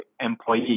employee